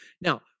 Now